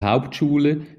hauptschule